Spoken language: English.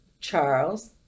Charles